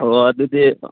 ꯑꯣ ꯑꯗꯨꯗꯤ